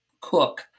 cook